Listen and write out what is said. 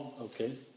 okay